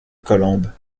colombe